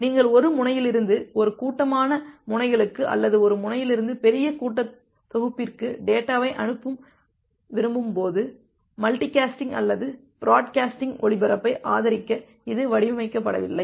நீங்கள் ஒரு முனையிலிருந்து ஒரு கூட்டமான முனைகளுக்கு அல்லது ஒரு முனையிலிருந்து பெரிய கூட்ட தொகுப்பிற்கு டேட்டாவை அனுப்ப விரும்பும் போது மல்டிகேஸ்டிங் அல்லது ப்ராடுகேஸ்டிங் ஒளிபரப்பை ஆதரிக்க இது வடிவமைக்கப்படவில்லை